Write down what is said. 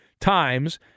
times